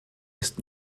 ist